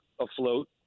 afloat